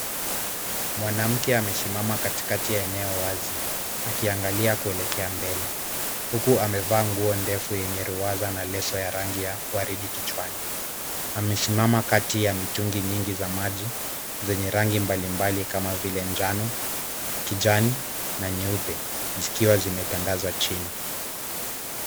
Mwanamke amesimama katikati ya eneo wazi, akiangalia kuelekea mbele. Huku amevaa nguo ndefu yenye ruwaza na leso ya rangi ya waridi kichwani. Amesimama kati ya mitungi nyingi za maji, zenye rangi mbalimbali kama vile; njano, kijani na nyeupe, zikiwa zimetandazwa chini.